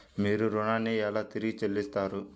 మీరు ఋణాన్ని ఎలా తిరిగి చెల్లిస్తారు?